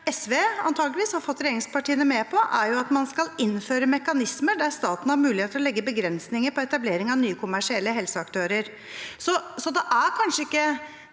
SV antakeligvis har fått regjeringspartiene med på nå, er jo at man skal innføre mekanismer der staten har mulighet til å legge begrensninger på etablering av nye kommersielle helseaktører,